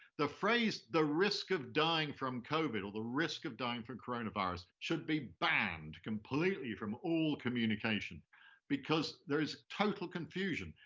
the phrase the risk of dying from covid or the risk of dying from coronavirus should be banned completely from all communication because there is total confusion.